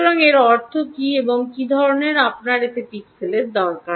সুতরাং এর অর্থ কী এবং কী ধরণের আপনার এত পিক্সেল দরকার